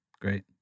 Great